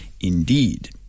indeed